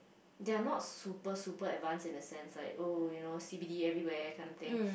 they're not super super advanced in the sense like oh you know c_b_d everywhere kinda thing